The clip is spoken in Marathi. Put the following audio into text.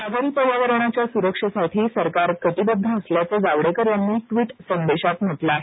सागरी पर्यावरणाच्या सुरक्षेसाठी सरकार कटिबद्ध असल्याचे जावडेकर यांनी ट्विट संदेशात म्हटले आहे